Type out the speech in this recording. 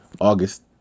august